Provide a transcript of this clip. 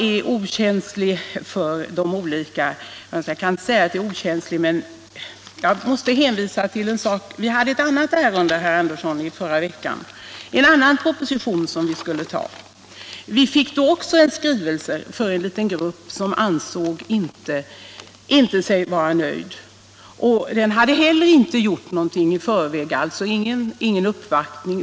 I förra veckan behandlade vi i utskottet en annan proposition, herr Andersson i Lycksele. Vi fick då också en skrivelse från en liten grupp som inte ansåg sig vara nöjd. Den hade inte heller i förväg gjort någon uppvaktning.